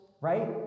right